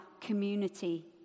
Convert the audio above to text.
community